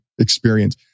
experience